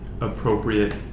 appropriate